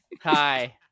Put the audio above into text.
Hi